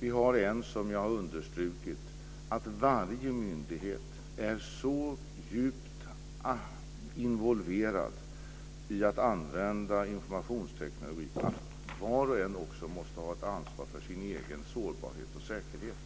Vi har en princip, som jag har understrukit, som innebär att varje myndighet som är djupt involverad i att använda informationsteknik också måste ha ett ansvar för sin egen sårbarhet och säkerhet.